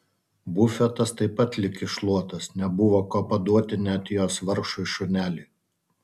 bufetas taip pat lyg iššluotas nebuvo ko paduoti net jos vargšui šuneliui